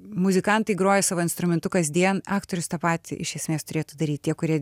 muzikantai groja savo instrumentu kasdien aktorius tą patį iš esmės turėtų daryt tie kurie